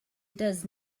does